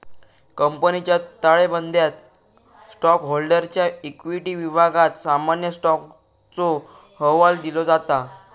कंपनीच्या ताळेबंदयात स्टॉकहोल्डरच्या इक्विटी विभागात सामान्य स्टॉकचो अहवाल दिलो जाता